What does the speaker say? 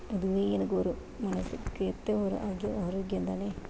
அதுவே எனக்கு வரும் மனசுக்கேற்ற ஒரு அகி ஆரோக்கியம் தானே